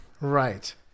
Right